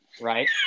right